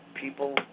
people